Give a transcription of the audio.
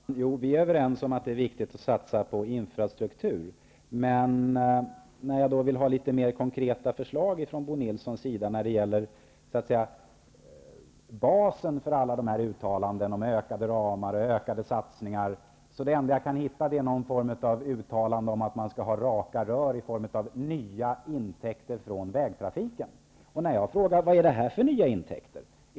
Herr talman! Jo, vi är överens om att det är viktigt att satsa på infrastruktur. Men när jag vill ha mer konkreta förslag från Bo Nilsson, något som så att säga utgör basen för alla uttalanden om ökade ramar och ökade satsningar, då är det enda besked jag får att det skall vara raka rör i form av nya intäkter från vägtrafiken. Jag har frågat vad det är för nya intäkter.